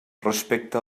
respecte